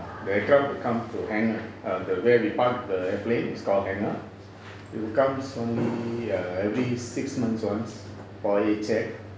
the air craft will come to hangar where we park the air plane it's called hangar it'll come only every six months once for its check